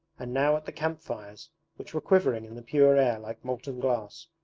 and now at the camp fires which were quivering in the pure air like molten glass,